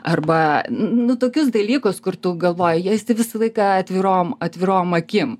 arba nu tokius dalykus kur tu galvoji vesti visą laiką atvirom atvirom akim